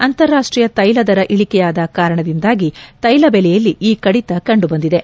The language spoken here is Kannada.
ಅಂತಾರಾಷ್ಷೀಯ ತ್ಯೆಲ ದರ ಇಳಕೆಯಾಗ ಕಾರಣದಿಂದಾಗಿ ತ್ಯೆಲ ಬೆಲೆಯಲ್ಲಿ ಈ ಕಡಿತ ಕಂಡುಬಂದಿದೆ